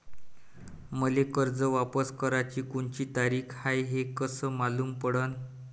मले कर्ज वापस कराची कोनची तारीख हाय हे कस मालूम पडनं?